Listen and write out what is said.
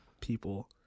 people